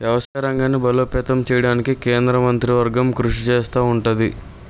వ్యవసాయ రంగాన్ని బలోపేతం చేయడానికి కేంద్ర మంత్రివర్గం కృషి చేస్తా ఉంటది